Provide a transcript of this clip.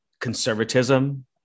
conservatism